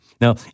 Now